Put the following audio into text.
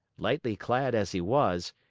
lightly clad as he was,